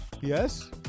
Yes